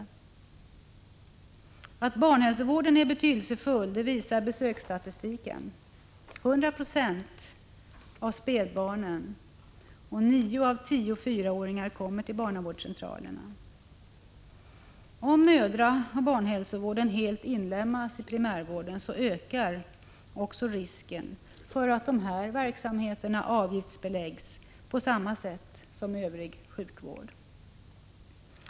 Att barnhälsovården är betydelsefull visar besöksstatistiken. 100 26 av spädbarnen och nio av tio fyraåringar kommer till barnavårdscentralerna. Om mödraoch barnhälsovården helt inlemmas i primärvården ökar också risken för att dessa verksamheter avgiftsbeläggs på samma sätt som övrig sjukvård. Till slut skulle jag vilja fråga utskottets talesman, John Johnsson, vilken Den allmänna sjuk 3 ; S sorts behandling de människor som lider av förgiftningar skall få.